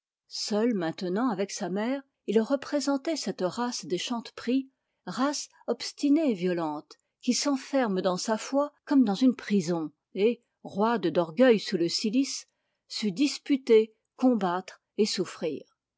seul maintenant avec sa mère il représentait cette race des chanteprie race obstinée et violente qui s'enferma dans sa foi comme dans une prison et raide d'orgueil sous le cilice sut disputer combattre et souffrir